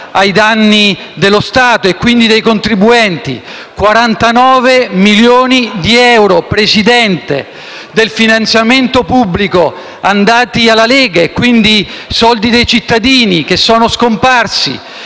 ai danni dello Stato e, quindi, dei contribuenti: 49 milioni di euro, Presidente, del finanziamento pubblico andati alla Lega, soldi dei cittadini che sono scomparsi,